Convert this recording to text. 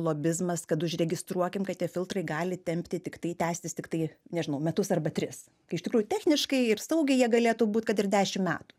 lobizmas kad užregistruokim kad tie filtrai gali tempti tiktai tęstis tiktai nežinau metus arba tris kai iš tikrųjų techniškai ir saugiai jie galėtų būt kad ir dešim metų